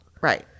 Right